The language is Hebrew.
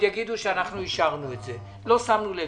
יגידו שאנחנו אישרנו את זה כי לא שמנו לב.